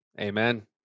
Amen